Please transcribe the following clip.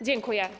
Dziękuję.